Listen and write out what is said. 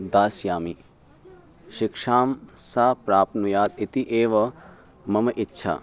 दास्यामि शिक्षां सा प्राप्नुयात् इति एव मम इच्छा